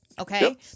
Okay